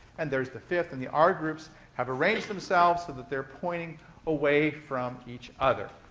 and there's the fifth. and the r groups have arranged themselves so that they're pointing away from each other.